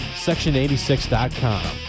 section86.com